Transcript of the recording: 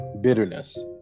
Bitterness